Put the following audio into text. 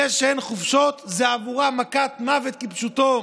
זה שאין חופשות, זה עבורם מכת מוות כפשוטו.